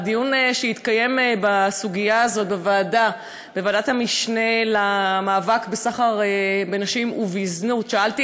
בדיון בסוגיה הזאת בוועדת המשנה למאבק בסחר ובזנות שאלתי